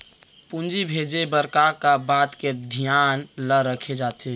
पूंजी भेजे बर का का बात के धियान ल रखे जाथे?